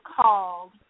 called